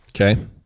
Okay